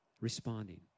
responding